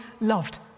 loved